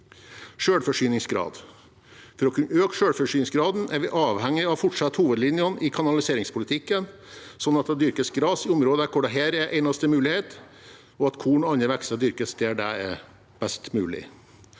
rekrutteringen. For å kunne øke selvforsyningsgraden er vi avhengig av å fortsette hovedlinjene i kanaliseringspolitikken, slik at det dyrkes gras i områder hvor dette er eneste mulighet, og at korn og andre vekster dyrkes der det er best mulig.